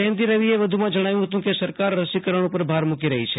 જયંતી રવિએ જણાવ્યું હતું કે સરકાર રસીકરણ પર ભાર મૂકી રહી છે